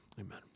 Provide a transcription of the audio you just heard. Amen